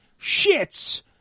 shits